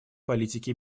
политики